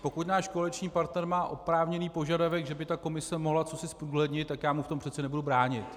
Pokud náš koaliční partner má oprávněný požadavek, že by ta komise mohla cosi zprůhlednit, tak já mu v tom přece nebudu bránit.